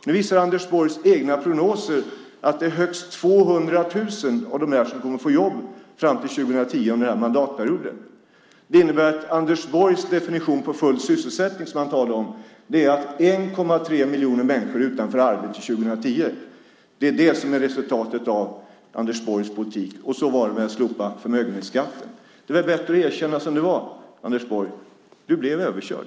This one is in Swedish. Nu visar Anders Borgs egna prognoser att det är högst 200 000 av dem som kommer att få jobb fram till 2010, alltså under den här mandatperioden. Det innebär att Anders Borgs definition på full sysselsättning är att 1,3 miljoner människor är utanför arbete 2010. Det är resultatet av Anders Borgs politik. Så var det med att slopa förmögenhetsskatten. Det är väl bättre att erkänna som det är: Du blev överkörd.